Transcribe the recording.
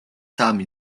სამი